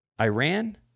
Iran